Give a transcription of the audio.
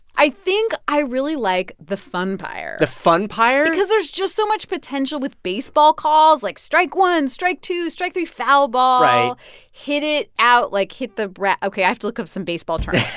i think i really like the funpire. the funpire. because there's just so much potential with baseball calls like, strike one, strike two, strike three, foul ball right hit it out. like, hit the ok, i have to look up some baseball terms.